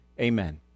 amen